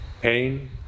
pain